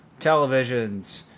televisions